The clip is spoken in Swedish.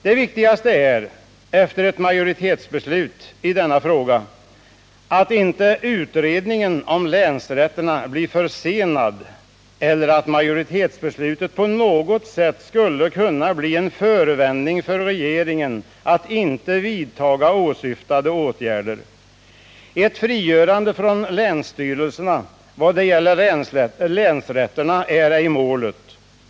Det viktigaste efter ett majoritetsbeslut i denna fråga är att utredningen om länsrätterna inte blir försenad och att beslutet inte på något sätt kan bli en förevändning för regeringen att inte vidtaga åsyftade åtgärder. Ett frigörande från länsstyrelserna i vad gäller länsrätterna är ej målet.